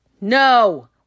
no